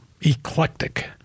eclectic